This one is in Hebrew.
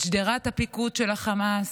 את שדרת הפיקוד של חמאס,